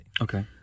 Okay